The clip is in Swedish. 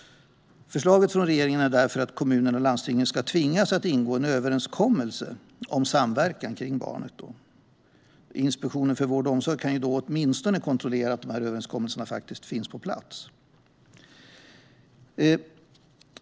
Förslaget från regeringen är därför att kommuner och landsting ska tvingas ingå en överenskommelse om samverkan kring barnet. Inspektionen för vård och omsorg kan då åtminstone kontrollera att överenskommelsen finns på plats.